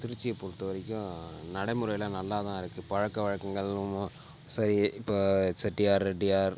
திருச்சியைப் பொறுத்தவரைக்கும் நடைமுறைலாம் நல்லா தான் இருக்கு பழக்க வழக்கங்கள் சரி இப்போ செட்டியார் ரெட்டியார்